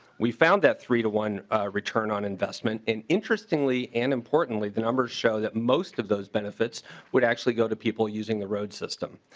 we found that three to one return on investment and interestingly and important the numbers show that most of those benefits would actually go to people using the road system.